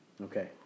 Okay